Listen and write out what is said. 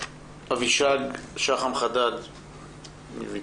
אבישג שחם חדד, ויצו.